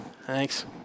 Thanks